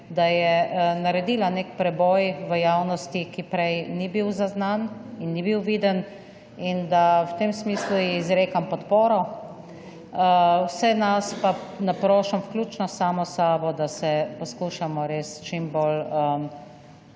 da je naredila nek preboj v javnosti, ki prej ni bil zaznan in ni bil viden in v tem smislu izrekam podporo. Vse nas pa naprošam, vključno samo s sabo, da se poskušamo res čim bolj